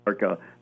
America